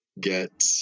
get